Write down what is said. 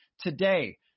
today